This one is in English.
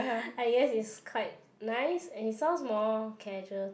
I guess it's quite nice and it sounds more casual to